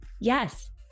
yes